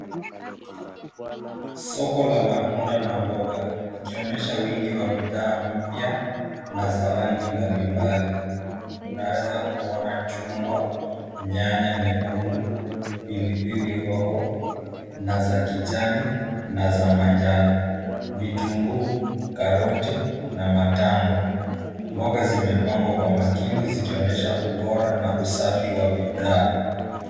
Soko la matunda na mboga likionyesha wingi wa bidhaa mpya na za rangi mbalimbali. Tunaweza kuona chungwa, nyanya nyekundu, pilipili hoho na za kijani na za manjano, vitunguu, karoti, na matango. Mboga zimepangwa kwa makini zikionyesha ubora na usafi wa bidhaa.